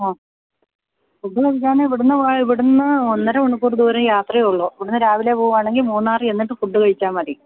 ആ ഫുഡ് കഴിക്കാന് ഇവിടുന്നു പോയാല് ഇവിടുന്ന് ഒന്നര മണിക്കൂര് ദൂരം യാത്രയേ ഉള്ളു ഇവിടുന്ന് രാവിലെ പോകാണെങ്കിൽ മൂന്നാര് ചെന്നിട്ട് ഫുഡ് കഴിച്ചാല് മതി